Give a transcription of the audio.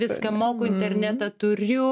viską moku internetą turiu